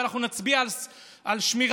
ואנחנו נצביע על שמירה,